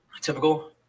Typical